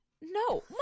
no